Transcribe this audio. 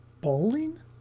bowling